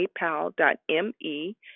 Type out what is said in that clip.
PayPal.me